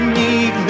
need